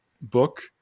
book